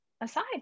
aside